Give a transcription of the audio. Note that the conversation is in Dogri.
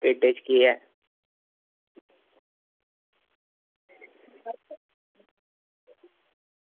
एह्दे च केह् ऐ